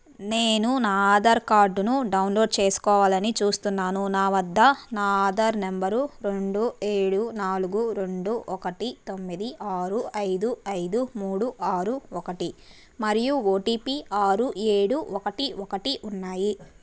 నేను నా ఆధార్ కార్డును డౌన్లోడ్ చేసుకోవాలని చూస్తున్నాను నా వద్ద నా ఆధార్ నెంబరు రెండు ఏడు నాలుగు రెండు ఒకటి తొమ్మిది ఆరు ఐదు ఐదు మూడు ఆరు ఒకటి మరియు ఓటీపీ ఆరు ఏడు ఒకటి ఒకటి ఉన్నాయి